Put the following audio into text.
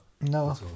No